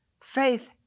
Faith